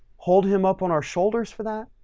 hold him up on our shoulders for that?